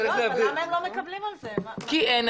על כך.